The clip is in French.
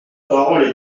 parole